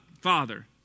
Father